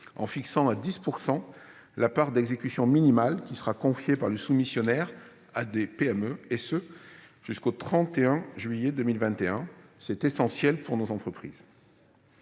la fixation à 10 % de la part d'exécution minimale qui sera confiée par le soumissionnaire à des PME, et ce jusqu'au 31 juillet 2021. C'est essentiel pour nos entreprises.